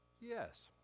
yes